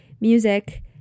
music